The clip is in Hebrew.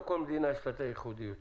או שלכל מדינה יש את הייחודיות שלה?